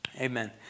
Amen